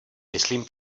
myslím